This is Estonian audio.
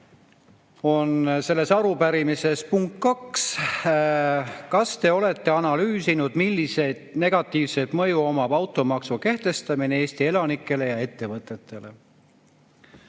on selle arupärimise teine punkt: "Kas Te olete analüüsinud, millist negatiivset mõju omab automaksu kehtestamine Eesti elanikele ja Eesti ettevõtetele?"